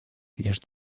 лишь